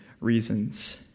reasons